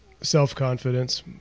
self-confidence